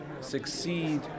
succeed